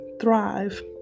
thrive